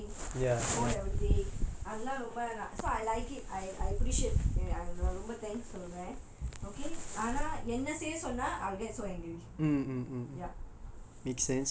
she helped me pack everyday fold everyday அதெல்லா ரொம்ப:athella romba so I like it I I appreciate ரொம்ப:romba thanks சொல்லுவேன்:solluvaen okay ஆனா என்ன செய்ய சொன்னா:ana enna seiya sonna I'll get so angry